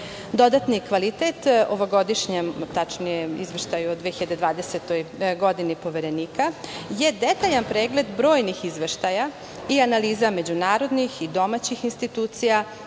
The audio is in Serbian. planova. Dodatni kvalitet ovogodišnjem izveštaju, tačnije izveštaju o 2020. godini Poverenika je detaljan pregled brojnih izveštaja i analiza međunarodnih i domaćih institucija